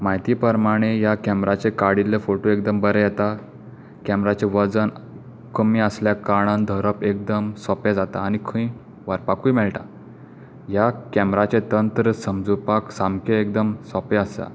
म्हायती प्रमाणें ह्या कॅमराचेर काडिल्ले फोटो एकदम बरें येता कॅमराचें वजन कमी आसल्या कारणान धरप एकदम सोपें जाता आनी खंय व्हरपाकूय मेळटा ह्या कॅमराचें तंत्र समजूपाक सामकें एकदम सोंपें आसा